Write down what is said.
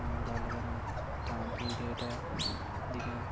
गल्ल करां तां दुई डेट ऐ जियां